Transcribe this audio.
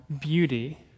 beauty